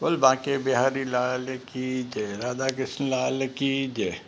बोल बाके बिहारी लाल की जय राधा कृष्ण लाल की जय